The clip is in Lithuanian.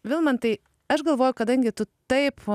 vilmantai aš galvoju kadangi tu taip